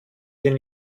den